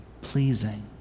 pleasing